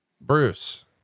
Bruce